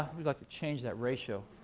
we'd like to change that ratio